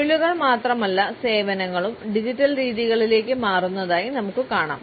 തൊഴിലുകൾ മാത്രമല്ല സേവനങ്ങളും ഡിജിറ്റൽ രീതികളിലേക്ക് മാറുന്നതായി നമുക്ക് കാണാം